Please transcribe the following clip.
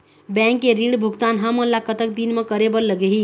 Bank के ऋण भुगतान हमन ला कतक दिन म करे बर लगही?